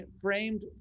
framed